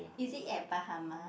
is it at Bahama